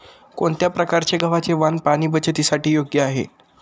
कोणत्या प्रकारचे गव्हाचे वाण पाणी बचतीसाठी योग्य आहे?